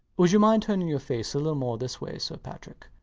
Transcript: would you mind turning your face a little more this way, sir patrick.